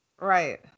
Right